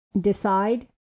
decide